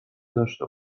داشته